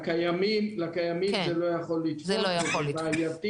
לקיימים זה לא יכול לתפוס, זה בעייתי.